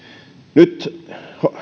nyt